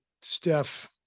Steph